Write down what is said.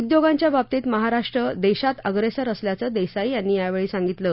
उद्योगांच्या बाबतीत महाराष्ट्र देशात अग्रेसर असल्याचं देसाई यांनी यावेळी सांगितलं